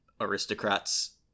aristocrats